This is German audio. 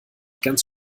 ganz